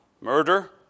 Murder